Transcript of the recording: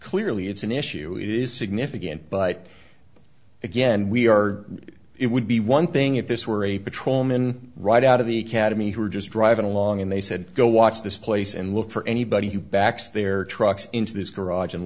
clearly it's an issue it is significant but again we are it would be one thing if this were a patrolmen right out of the cademy who were just driving along and they said go watch this place and look for anybody who backs their trucks into this garage and